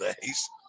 days